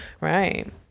Right